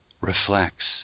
reflects